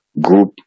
group